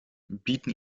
bieten